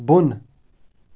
بۄنہٕ